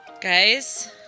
Guys